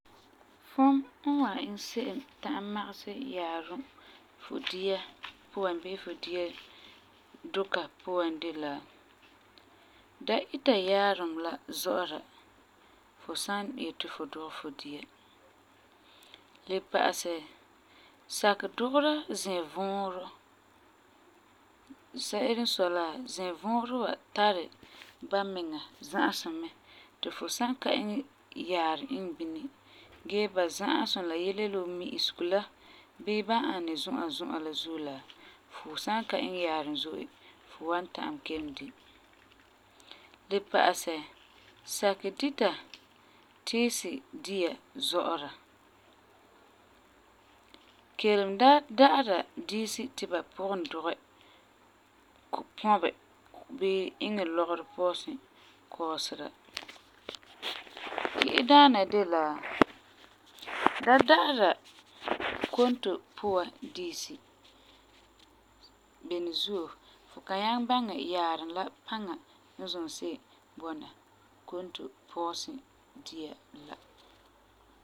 Fum n wan iŋɛ se'em ta'am magesɛ yaarum fu dia puan bii fu dia duka puan de la: Da ita yaarum la zɔ'ɔra fu san yeti fu dugɛ fu dia. Le pa'asɛ, sakɛ dugera zɛvuurɔ. Se'ere n sɔi la, zɛvuurɔ wa tari bamiŋa za'asum mɛ ti fu san ka iŋɛ yaarum iŋɛ bini gee ba za'asum la yele yele wuu mi'isego la bii ba n ani zu'a zu'a la zuo la fu san ka iŋɛ yaarum zo'e, fu wan ta'am kelum di. Le pa'asɛ, sakɛ dita tiisi dia zɔ'ɔra. Kelum da da'ara diisi ti ba pugum dugɛ pɔbɛ bii iŋɛ lɔgerɔ pɔɔsin kɔɔsera. Ki'i daana de la, da da'ara konto puan diisi. Beni zuo, fu kan nyaŋɛ baŋɛ yaarum la paŋa n zum se'em bɔna konto pɔɔsin dia la.